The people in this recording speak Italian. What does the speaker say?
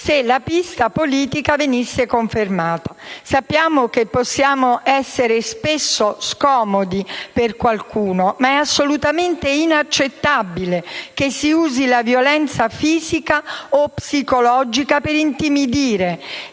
se la pista politica venisse confermata. Sappiamo che possiamo essere spesso scomodi per qualcuno, ma è assolutamente inaccettabile che si usi la violenza fisica o psicologica per intimidire.